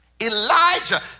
Elijah